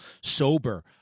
sober—